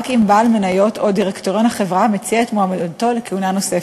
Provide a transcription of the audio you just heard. אם בעל מניות או דירקטוריון החברה מציע את מועמדותו לכהונה נוספת.